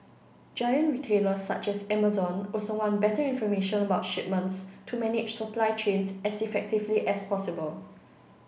giant retailers such as Amazon also want better information about shipments to manage supply chains as effectively as possible